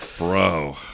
Bro